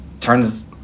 turns